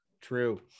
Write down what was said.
True